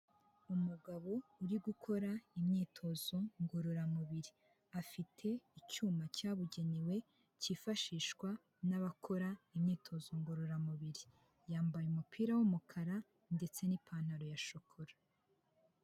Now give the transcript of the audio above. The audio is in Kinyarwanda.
Umugabo uri gukora imyitozo ngororamubiri afite icyuma cyabugenewe cyifashishwa n'abakora imyitozo ngororamubiri, yambaye umupira w'umukara ndetse n'ipantaro ya shokora.